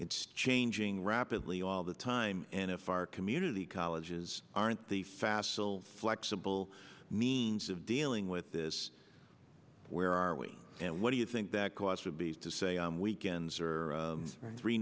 it's changing rapidly all the time and if our community colleges aren't the facile flexible means of dealing with this where are we and what do you think that cost would be to say on weekends or three